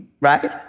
right